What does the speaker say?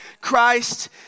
Christ